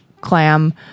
clam